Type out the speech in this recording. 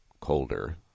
colder